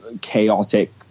chaotic